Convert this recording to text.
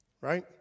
right